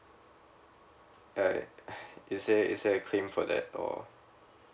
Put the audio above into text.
uh is there is there a claim for that or